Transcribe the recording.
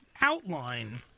outline